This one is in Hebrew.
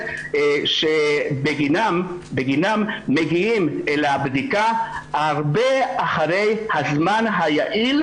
שבגינם מגיעים אל הבדיקה הרבה אחרי הזמן היעיל